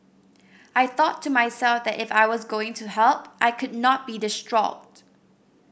I thought to myself that if I was going to help I could not be distraught